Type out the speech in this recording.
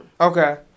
okay